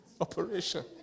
operation